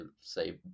say